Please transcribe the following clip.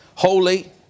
Holy